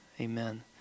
Amen